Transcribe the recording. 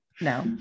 No